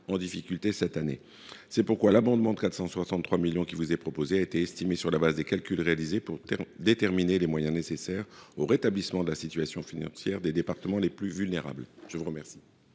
en difficulté cette année. Le montant de 463 millions d’euros qui vous est proposé a été estimé sur la base de calculs réalisés pour déterminer les moyens nécessaires au rétablissement de la situation financière des départements les plus vulnérables. L’amendement